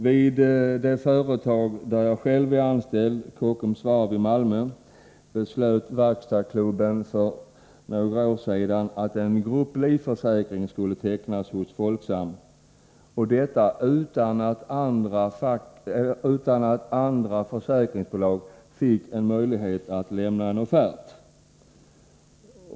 Vid det företag där jag själv är anställd — Kockums varv i Malmö -— beslöt verkstadsklubben för några år sedan att en grupplivförsäkring skulle tecknas hos Folksam, utan att andra försäkringsbolag fick en möjlighet att lämna offert.